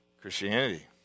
Christianity